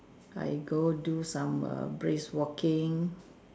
I go do some err brisk walking